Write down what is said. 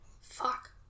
Fuck